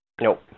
Nope